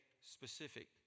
specific